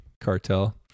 Cartel